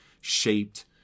shaped